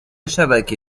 شبکه